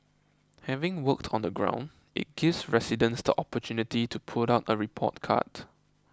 having worked on the ground it gives residents the opportunity to put out a report card